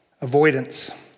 Avoidance